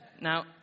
Now